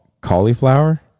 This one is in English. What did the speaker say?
Cauliflower